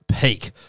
peak